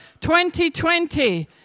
2020